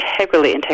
integrally